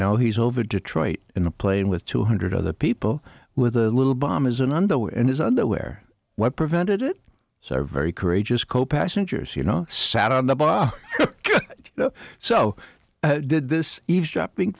know he's over detroit in a plane with two hundred other people with a little bomb is an underwear in his underwear what prevented it so very courageous co passengers you know sat on the bar you know so did this eavesdropping